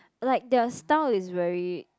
like their style is very